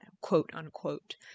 quote-unquote